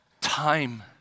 time